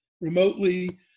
remotely